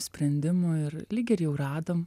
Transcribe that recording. sprendimų ir lyg ir jau radom